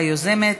היוזמת.